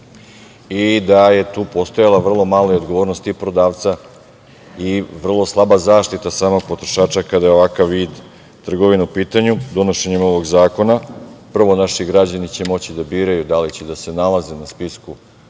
i da je tu postojala vrlo mala odgovornost tih prodavaca i vrlo slaba zaštita samih potrošača, kada je ovakav vid trgovine u pitanju. Donošenjem ovog zakona, prvo, naši građani će moći da biraju da li će da se nalaze na spisku